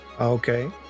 Okay